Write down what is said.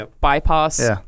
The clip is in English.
bypass